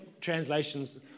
translations